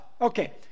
okay